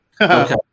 Okay